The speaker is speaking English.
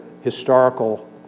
historical